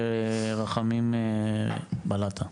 רחמים בלטה.